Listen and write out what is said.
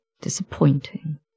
disappointing